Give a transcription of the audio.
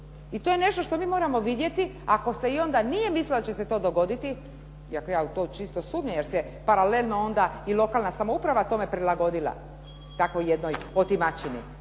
I to je nešto što mi moramo vidjeti. Ako se i onda nije mislilo a će se to dogoditi, iako ja u to čisto sumnjam, jer se paralelno onda i lokalna samouprava tome prilagodila, takvoj jednoj otimačini.